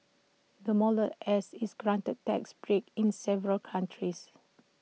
the model S is granted tax breaks in several countries